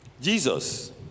Jesus